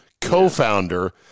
co-founder